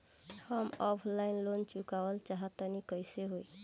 हम offline loan चुकावल चाहऽ तनि कइसे होई?